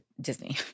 Disney